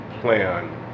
plan